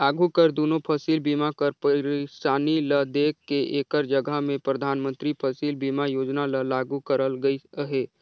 आघु कर दुनो फसिल बीमा कर पइरसानी ल देख के एकर जगहा में परधानमंतरी फसिल बीमा योजना ल लागू करल गइस अहे